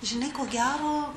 žinai ko gero